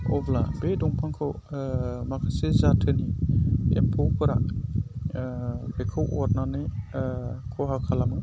अब्ला बै दंफांखौ माखासे जाथोनि एम्फौफोरा बेखौ अरनानै खहा खालामो